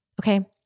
Okay